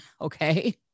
okay